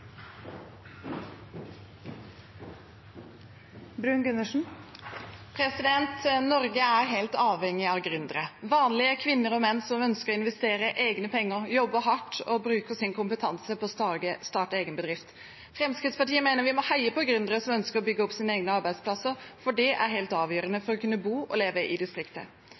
helt avhengig av gründere – vanlige kvinner og menn som ønsker å investere egne penger, jobber hardt og bruker sin kompetanse til å starte en egen bedrift. Fremskrittspartiet mener vi må heie på gründere som ønsker å bygge opp sine egne arbeidsplasser, for det er helt avgjørende for å kunne bo og leve i distriktet.